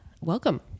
welcome